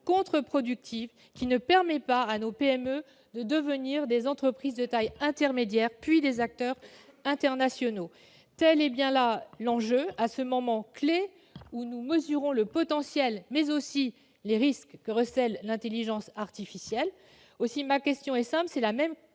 contre-productive : elle ne permet pas à nos PME de devenir des entreprises de taille intermédiaire, puis des acteurs internationaux. Tel est bien l'enjeu à ce moment clef où nous mesurons le potentiel, mais aussi les risques, que recèle l'intelligence artificielle. Aussi ma question est-elle simple ; elle rejoint